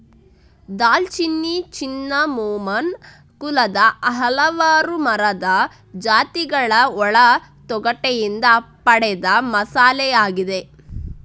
ದಾಲ್ಚಿನ್ನಿ ಸಿನ್ನಮೋಮಮ್ ಕುಲದ ಹಲವಾರು ಮರದ ಜಾತಿಗಳ ಒಳ ತೊಗಟೆಯಿಂದ ಪಡೆದ ಮಸಾಲೆಯಾಗಿದೆ